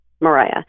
Mariah